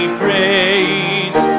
praise